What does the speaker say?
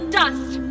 dust